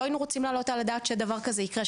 היינו רוצים להעלות על הדעת שדבר כזה יקרה,